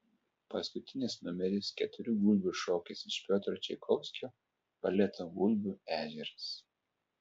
paskutinis numeris keturių gulbių šokis iš piotro čaikovskio baleto gulbių ežeras